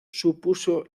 supuso